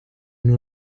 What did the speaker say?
nur